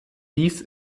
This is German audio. dies